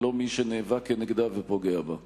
ולא למי שנאבק נגדה ופוגע בה.